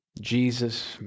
Jesus